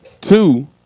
Two